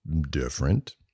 different